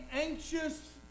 anxious